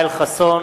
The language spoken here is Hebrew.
ישראל חסון,